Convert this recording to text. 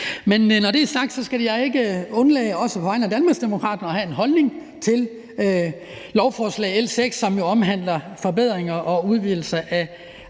Når det er sagt, skal jeg ikke undlade også på vegne af Danmarksdemokraterne at have en holdning til lovforslag nr. L 6, som jo omhandler forbedringer og udvidelser af